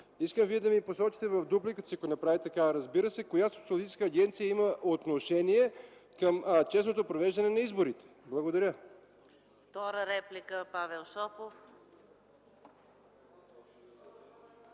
искам вие да ми посочите в дупликата, ако направите такава, коя социологическа агенция има отношение към честното провеждане на изборите? Благодаря.